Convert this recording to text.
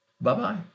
Bye-bye